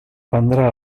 prendrà